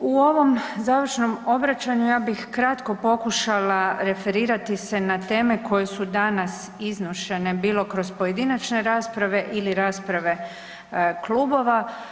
U ovom završnom obraćanju ja bih kratko pokušala referirati se na teme koje su danas iznošene bilo kroz pojedinačne rasprave ili rasprave klubova.